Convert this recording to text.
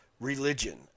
religion